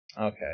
Okay